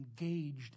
engaged